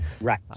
right